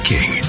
King